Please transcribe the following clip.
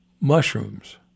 Mushrooms